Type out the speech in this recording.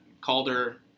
Calder